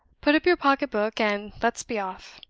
put up your pocket-book, and let's be off.